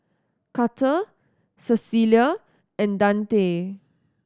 Karter Cecelia and Dante